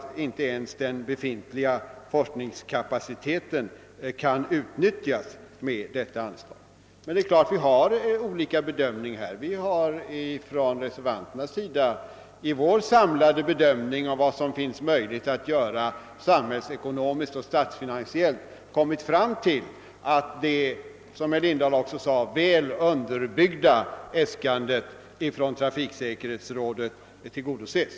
Inte ens den befintliga forskningskapaciteten kan utnyttjas med detta anslag. Vi har självfallet gjort olika bedömningar härvidlag. Reservanterna anser att den samlade bilden av vad som samhällsekonomiskt och statsfinansiellt är möjligt att åstadkomma visar att detta, såsom herr Lindahl också sade, väl underbyggda äskande från trafiksäkerhetsverket kan tillgodoses.